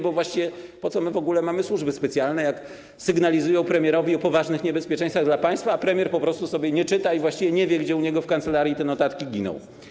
Bo właściwie po co my w ogóle mamy służby specjalne, jak sygnalizują premierowi poważne niebezpieczeństwa dla państwa, a premier po prostu sobie nie czyta i nie wie, gdzie u niego w kancelarii te notatki giną?